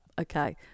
okay